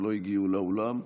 לא הגיעו לאולם.